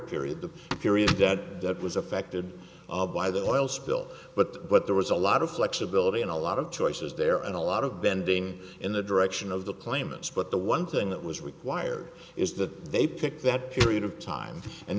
prior period the period that was affected by the oil spill but but there was a lot of flexibility and a lot of choices there and a lot of bending in the direction of the claimants but the one thing that was required is that they pick that period of time and